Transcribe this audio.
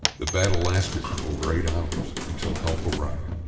the battle lasted over eight hours until help arrived.